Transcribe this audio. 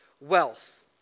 wealth